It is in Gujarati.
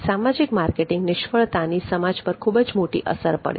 સામાજિક માર્કેટિંગ નિષ્ફળતાની સમાજ પર ખૂબ જ મોટી અસર પડે છે